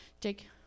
Jake